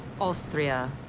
Austria